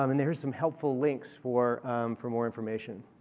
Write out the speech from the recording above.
um and here's some helpful links for for more information.